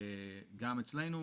גם אצלנו